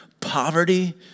poverty